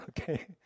okay